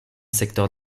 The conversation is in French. secteur